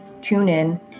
TuneIn